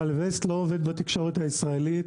אבל ווסט לא עובד בתקשורת הישראלית.